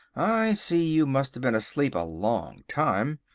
i see, you must have been asleep a long time.